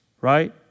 right